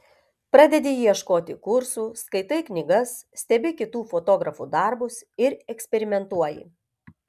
pradedi ieškoti kursų skaitai knygas stebi kitų fotografų darbus ir eksperimentuoji